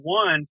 one